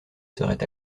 serait